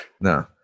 No